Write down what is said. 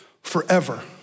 forever